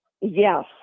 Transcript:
Yes